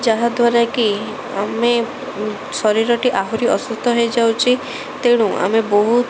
ଯାହାଦ୍ୱାରାକି ଆମେ ଶରୀରଟି ଆହୁରି ଅସୁସ୍ଥ ହେଇଯାଉଛି ତେଣୁ ଆମେ ବହୁତ